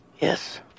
Yes